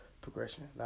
Progression